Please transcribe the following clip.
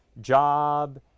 job